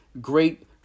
great